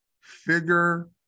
figure